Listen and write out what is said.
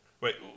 Wait